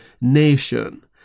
nation